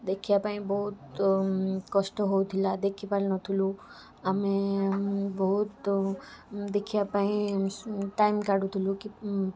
ଦେଖିବା ପାଇଁ ବହୁତ କଷ୍ଟ ହେଉଥିଲା ଦେଖିପାରୁନଥିଲୁ ଆମେ ବହୁତ ଦେଖିବା ପାଇଁ ଟାଇମ୍ କାଢ଼ୁଥିଲୁ